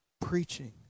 preaching